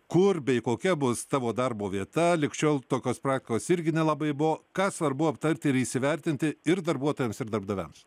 kur bei kokia bus tavo darbo vieta lig šiol tokios praktikos irgi nelabai buvo ką svarbu aptarti ir įsivertinti ir darbuotojams ir darbdaviams